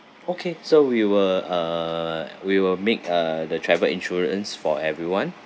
okay so we will uh we will make uh the travel insurance for everyone